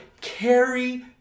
carry